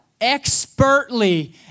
expertly